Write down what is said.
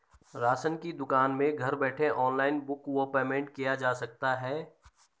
Ration की दुकान में घर बैठे ऑनलाइन बुक व पेमेंट किया जा सकता है?